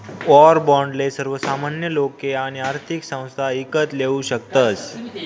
war बाॅन्डले सर्वसामान्य लोके आणि आर्थिक संस्था ईकत लेवू शकतस